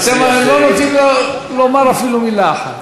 אתם הרי לא נותנים לו לומר אפילו מילה אחת.